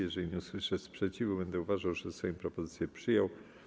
Jeżeli nie usłyszę sprzeciwu, będę uważał, że Sejm propozycję przyjął.